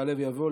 יעלה ויבוא.